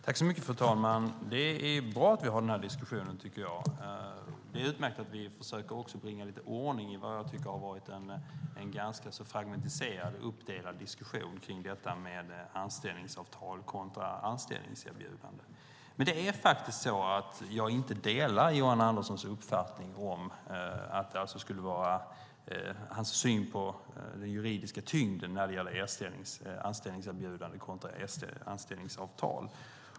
Fru talman! Det är bra att vi har diskussionen. Det är utmärkt att vi försöker bringa lite ordning i vad som har varit en fragmentiserad och uppdelad diskussion om anställningsavtal kontra anställningserbjudande. Jag delar inte Johan Anderssons uppfattning om hans syn på den juridiska tyngden när det gäller anställningserbjudande kontra anställningsavtal.